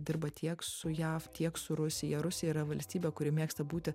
dirba tiek su jav tiek su rusija rusija yra valstybė kuri mėgsta būti